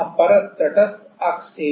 हमें वह sigma M0ZI मिला